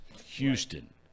Houston